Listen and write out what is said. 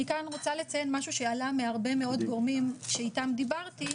אני כאן רוצה לציין משהו שעלה מהרבה מאוד גורמים שאיתם דיברתי,